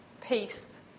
peace